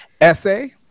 essay